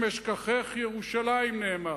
אם אשכחך ירושלים, נאמר.